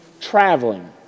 traveling